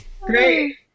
Great